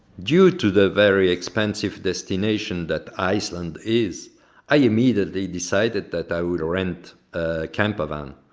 due to the very expensive destination that iceland is i immediately decided that i will rent a camper van,